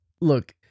Look